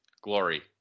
Glory